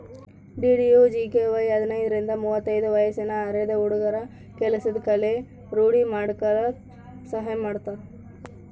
DDUGKY ಹದಿನೈದರಿಂದ ಮುವತ್ತೈದು ವಯ್ಸಿನ ಅರೆದ ಹುಡ್ಗುರ ಕೆಲ್ಸದ್ ಕಲೆ ರೂಡಿ ಮಾಡ್ಕಲಕ್ ಸಹಾಯ ಮಾಡ್ತಾರ